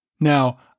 Now